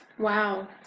Wow